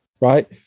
Right